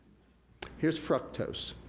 here's fructose,